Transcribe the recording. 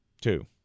Two